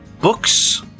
books